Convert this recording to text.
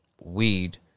weed